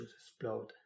explode